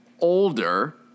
older